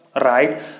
Right